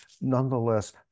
nonetheless